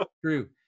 true